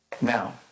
Now